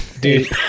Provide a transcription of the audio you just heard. Dude